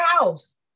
house